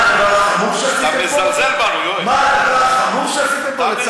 מה הדבר החמור שעשיתם פה?